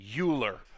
Euler